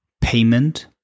payment